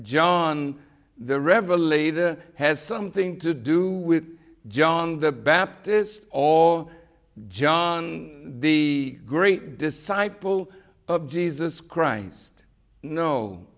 john the revelator has something to do with john the baptist all john the great disciple of jesus christ no